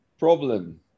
problem